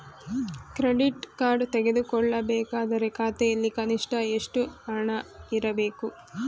Credit card ತೆಗೆದುಕೊಳ್ಳಬೇಕಾದರೆ ಖಾತೆಯಲ್ಲಿ ಕನಿಷ್ಠ ಎಷ್ಟು ಹಣ ಇರಬೇಕು?